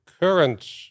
current